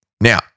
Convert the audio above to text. Now